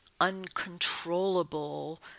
uncontrollable